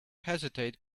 hesitate